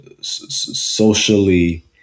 socially